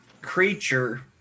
creature